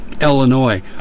Illinois